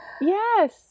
Yes